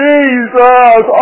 Jesus